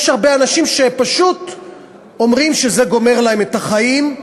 יש הרבה אנשים שפשוט אומרים שזה גומר להם את החיים.